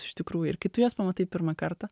iš tikrų ir kai tu juos pamatai pirmą kartą